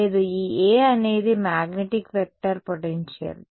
లేదు ఈ A అనేది మాగ్నెటిక్ వెక్టార్ పొటెన్షియల్